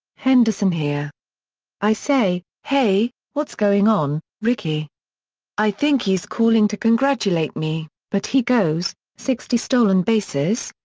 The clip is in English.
henderson here i say, hey, what's going on, rickey i think he's calling to congratulate me, but he goes, sixty stolen bases?